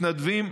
מתנדבים,